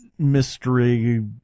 mystery